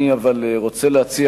אבל אני רוצה להציע,